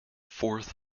fourth